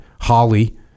Holly